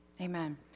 Amen